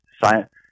science